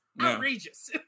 outrageous